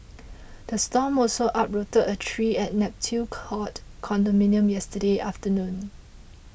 the storm also uprooted a tree at Neptune Court condominium yesterday afternoon